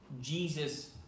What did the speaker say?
jesus